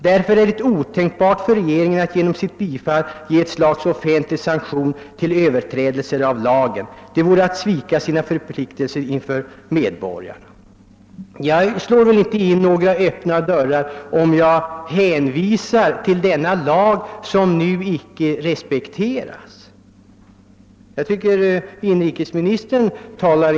Därför är det otänkbart för regeringen att genom sitt bifall ge ett slags offentlig sanktion till överträdelser av lagen. Det vore att svika sina förpliktelser inför medborgarna.» Jag slår väl inte in några öppna dörrar genom att hänvisa till gällande lag, som för Övrigt icke respekteras.